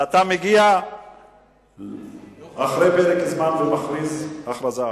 ואתה מגיע אחרי פרק זמן ומכריז הכרזה אחרת.